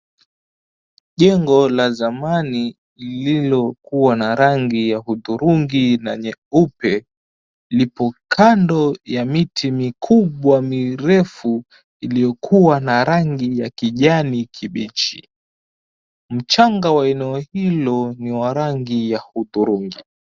Jengo la zamani lililokuwa na rangi ya udhurungi na nyeupe lipo kando ya miti mikubwa mirefu iliyokuwa na rangi ya kijani kibichi. Mchanga wa eneo hilo ni wa rangi ya udhurungi.